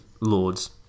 lords